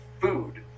food